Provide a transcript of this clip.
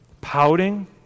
pouting